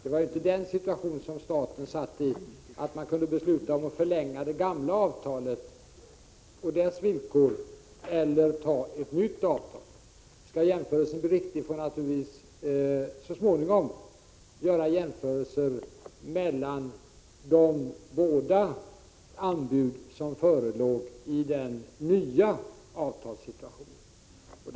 Staten befann sig ju inte i den situationen att man kunde besluta om att förlänga det gamla avtalet på dess villkor eller teckna ett nytt avtal. Skall det bli en riktig jämförelse, får man naturligtvis så småningom göra en jämförelse mellan de båda anbud som förelåg i den nya avtalssituationen.